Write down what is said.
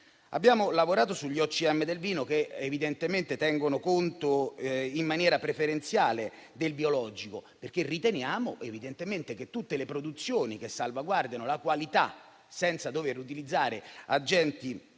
Abbiamo lavorato sugli OCM del vino, che evidentemente tengono conto in maniera preferenziale del biologico, perché riteniamo che tutte le produzioni che salvaguardano la qualità, senza dover utilizzare agenti